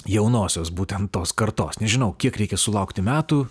jaunosios būtent tos kartos nežinau kiek reikia sulaukti metų